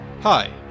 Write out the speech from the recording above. Hi